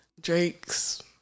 Drake's